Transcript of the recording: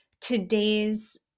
today's